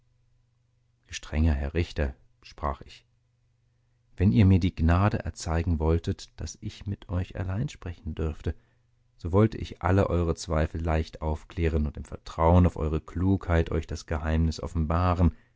gestrenger herr richter sprach ich wenn ihr mir die gnade erzeigen wolltet daß ich mit euch allein sprechen dürfte so wollte ich alle eure zweifel leicht aufklären und im vertrauen auf eure klugheit euch das geheimnis offenbaren